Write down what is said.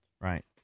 right